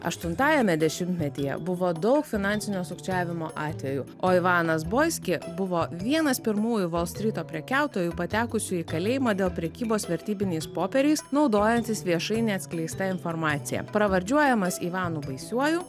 aštuntajame dešimtmetyje buvo daug finansinio sukčiavimo atvejų o ivanas boiski buvo vienas pirmųjų volstryto prekiautojų patekusių į kalėjimą dėl prekybos vertybiniais popieriais naudojantis viešai neatskleista informacija pravardžiuojamas ivanu baisiuoju